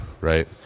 right